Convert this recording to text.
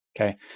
Okay